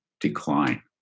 decline